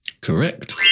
Correct